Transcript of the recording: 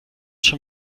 schon